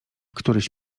któryś